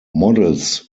models